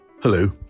Hello